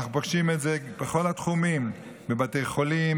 אנחנו פוגשים את זה בכל התחומים: בבתי חולים,